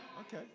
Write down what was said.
Okay